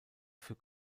für